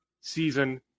season